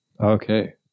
Okay